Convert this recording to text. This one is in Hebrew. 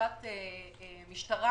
בחקירת משטרה